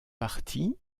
partis